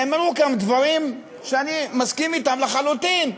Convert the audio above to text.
נאמרו כאן דברים שאני מסכים אתם לחלוטין: